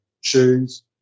shoes